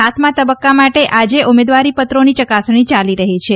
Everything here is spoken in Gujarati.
સાતમા તબક્કા માટે આજે ઉમેદવારીપત્રોની ચકાસણી ચાલી રહી છે